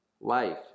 Life